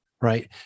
right